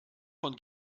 von